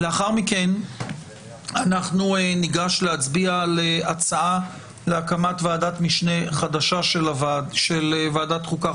לאחר מכן ניגש להצביע על הצעה להקמת ועדת משנה חדשה של ועדת החוקה,